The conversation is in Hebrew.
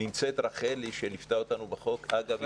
נמצאת רחל אברמזון שליוותה אותנו בחוק ואגב,